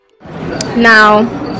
now